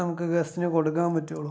നമുക്ക് ഗസ്റ്റിന് കൊടുക്കാൻ പറ്റുള്ളൂ